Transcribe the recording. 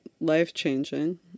life-changing